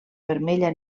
vermella